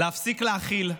להפסיק להכיל,